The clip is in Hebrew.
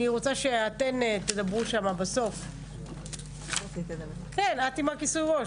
אני רוצה שאת תדברי שם עם הכיסוי ראש,